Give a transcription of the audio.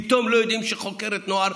פתאום לא יודעים שחוקרת ילדים,